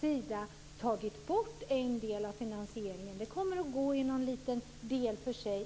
sida tagit bort en del av finansieringen. Den kommer i någon liten del för sig.